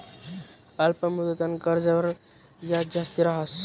अल्प मुदतनं कर्जवर याज जास्ती रहास